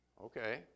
Okay